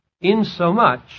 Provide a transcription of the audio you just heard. insomuch